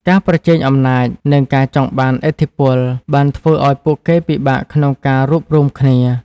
ការប្រជែងអំណាច និងការចង់បានឥទ្ធិពល បានធ្វើឱ្យពួកគេពិបាកក្នុងការរួបរួមគ្នា។